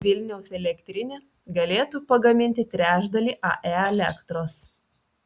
vilniaus elektrinė galėtų pagaminti trečdalį ae elektros